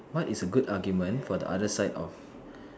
what is a good argument for the other side of